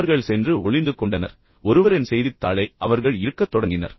அவர்கள் சென்று எங்கோ ஒளிந்து கொண்டனர் யாரோ ஒருவரின் செய்தித்தாளை அவர்கள் இழுக்கத் தொடங்கினர்